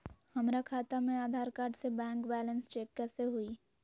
हमरा खाता में आधार कार्ड से बैंक बैलेंस चेक कैसे हुई?